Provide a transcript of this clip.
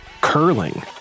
curling